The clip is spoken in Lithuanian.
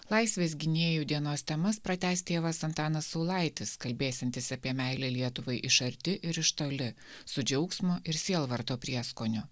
laisvės gynėjų dienos temas pratęs tėvas antanas saulaitis kalbėsiantis apie meilę lietuvai iš arti ir iš toli su džiaugsmo ir sielvarto prieskoniu